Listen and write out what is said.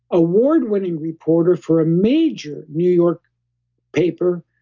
award-winning reporter for a major new york paper.